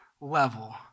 level